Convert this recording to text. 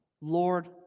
Lord